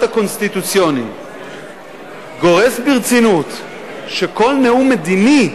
הקונסטיטוציוני גורס ברצינות שכל נאום מדיני,